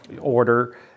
order